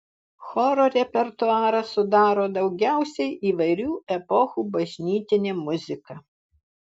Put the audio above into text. choro repertuarą sudaro daugiausiai įvairių epochų bažnytinė muzika